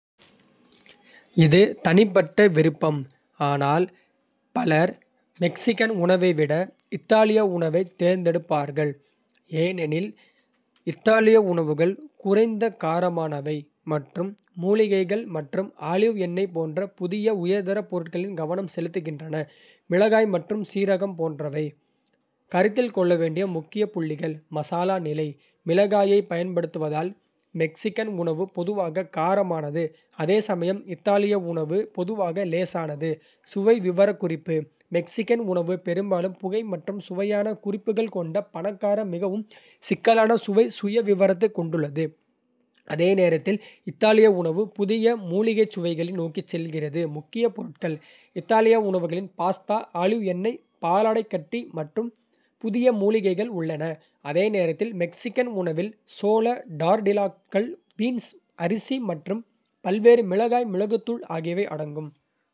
இது தனிப்பட்ட விருப்பம், ஆனால் பலர் மெக்சிகன் உணவை விட இத்தாலிய உணவைத் தேர்ந்தெடுப்பார்கள், ஏனெனில் இத்தாலிய உணவுகள் குறைந்த காரமானவை மற்றும் மூலிகைகள் மற்றும் ஆலிவ் எண்ணெய் போன்ற புதிய, உயர்தர பொருட்களில் கவனம் செலுத்துகின்றன. மிளகாய் மற்றும் சீரகம் போன்றவை. கருத்தில் கொள்ள வேண்டிய முக்கிய புள்ளிகள். மசாலா நிலை. மிளகாயைப் பயன்படுத்துவதால் மெக்சிகன் உணவு பொதுவாக காரமானது, அதேசமயம் இத்தாலிய உணவு பொதுவாக லேசானது. சுவை விவரக்குறிப்பு. மெக்சிகன் உணவு பெரும்பாலும் புகை மற்றும் சுவையான குறிப்புகள் கொண்ட பணக்கார, மிகவும் சிக்கலான சுவை சுயவிவரத்தைக் கொண்டுள்ளது, அதே நேரத்தில் இத்தாலிய உணவு புதிய, மூலிகைச் சுவைகளை நோக்கிச் செல்கிறது. முக்கிய பொருட்கள்: இத்தாலிய உணவுகளில் பாஸ்தா, ஆலிவ் எண்ணெய், பாலாடைக்கட்டி மற்றும் புதிய மூலிகைகள் உள்ளன, அதே நேரத்தில் மெக்சிகன் உணவில் சோள டார்ட்டிலாக்கள், பீன்ஸ், அரிசி மற்றும் பல்வேறு மிளகாய் மிளகுத்தூள் ஆகியவை அடங்கும்.